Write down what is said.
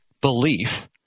belief